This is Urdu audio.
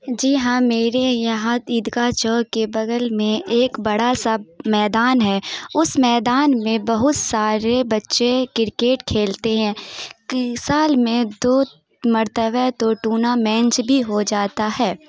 جی ہاں میرے یہاں عیدگاہ چوک کے بگل میں ایک بڑا سا میدان ہے اس میدان میں بہت سارے بچے کرکٹ کھیلتے ہیں سال میں دو مرتبہ تو ٹورنامنٹ بھی ہو جاتا ہے